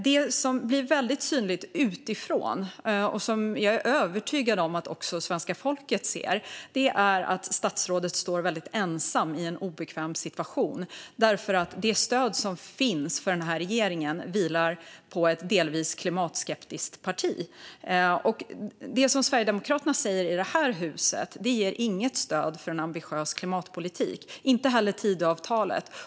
Det som blir väldigt synligt utifrån, och som jag är övertygad om att också svenska folket ser, är att statsrådet står väldigt ensam i en obekväm situation därför att det stöd som finns för denna regering vilar på ett delvis klimatskeptiskt parti. Det som Sverigedemokraterna säger i detta hus ger inget stöd för en ambitiös klimatpolitik, och detsamma gäller Tidöavtalet.